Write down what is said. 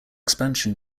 expansion